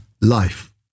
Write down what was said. life